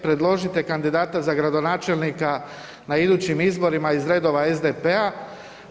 Predložite kandidata za gradonačelnika na idućim izborima iz redova SDP-a.